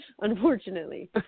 unfortunately